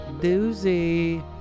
doozy